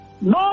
no